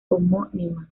homónima